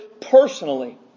personally